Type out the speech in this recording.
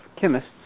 chemists